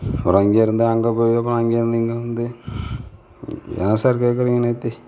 அப்புறம் இங்கருந்து அங்க போயி அப்புறம் அங்கருந்து இங்க வந்து ஏன் சார் கேக்குறீங்க நேற்று